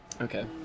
Okay